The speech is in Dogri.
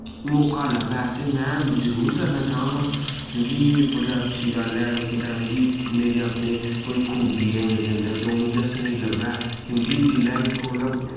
मौका लब्भै ते में जरूर करना चांह गा क्यूंकि बड़ी अच्छी गल्ल ऐ में कुतै मिकी मेरी अपनी कोई खूबी ऐ मेरे अंदर ते ओह् मि दस्सने ई लब्भै क्यूंकि जिल्लै दिक्खो मतलब